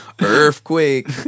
Earthquake